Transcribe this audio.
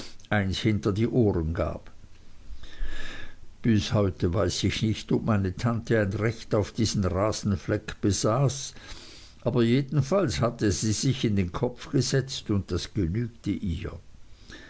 eins hinter die ohren gab bis heute weiß ich nicht ob meine tante ein recht auf diesen rasenfleck besaß aber jedenfalls hatte sie es sich in den kopf gesetzt und das genügte ihr